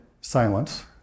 silence